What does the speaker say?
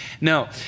No